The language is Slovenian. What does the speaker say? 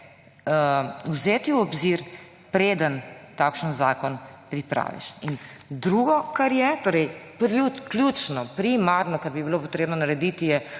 vzeti v obzir, preden takšen zakon pripraviš. In drugo kar je, ključno, primarno, kar bi bilo treba narediti,